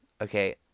okay